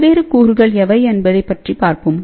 பல்வேறு கூறுகள் எவை என்பதைப் பற்றி பார்ப்போம்